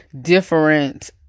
different